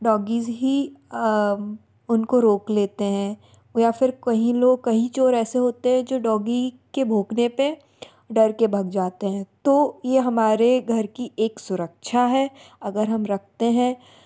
doggies ही उनको रोक लेते हैं या फिर कई लोग कहीं चोर ऐसे होते हैं जो डॉगी के भोंकने पर डर के भग जाते हैं तो ये हमारे घर की एक सुरक्षा है अगर हम रखते हैं